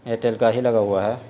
Airtel کا ہی لگا ہوا ہے